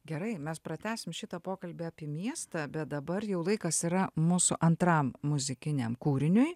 gerai mes pratęsim šitą pokalbį apie miestą bet dabar jau laikas yra mūsų antram muzikiniam kūriniui